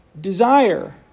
desire